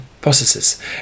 processes